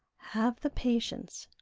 have the patience.